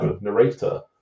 narrator